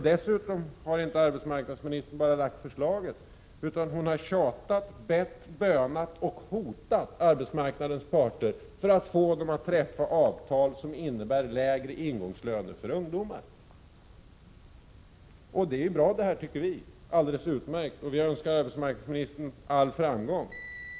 Dessutom har arbetsmarknadsministern inte bara lagt fram förslag. Hon har också tjatat, bett, bönat och hotat arbetsmarknadens parter för att få dem att träffa avtal som innebär lägre ingångslöner för ungdomar. Det är bra, tycker vi. Det är alldeles utmärkt. Vi önskar arbetsmarknadsministern all framgång.